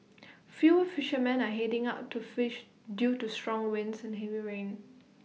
fewer fishermen are heading out to fish due to strong winds and heavy rain